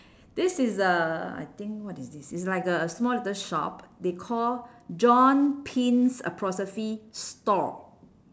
this is uh I think what is this it's like a small little shop they call john pins apostrophe store